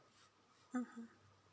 mmhmm